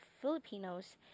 filipinos